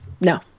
no